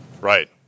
Right